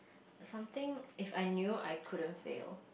something if I knew I couldn't fail